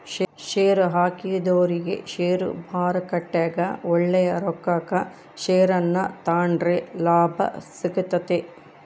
ಷೇರುಹಾಕಿದೊರಿಗೆ ಷೇರುಮಾರುಕಟ್ಟೆಗ ಒಳ್ಳೆಯ ರೊಕ್ಕಕ ಷೇರನ್ನ ತಾಂಡ್ರೆ ಲಾಭ ಸಿಗ್ತತೆ